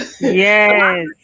yes